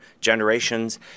generations